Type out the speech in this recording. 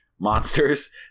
monsters